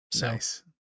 nice